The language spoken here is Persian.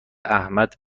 احمد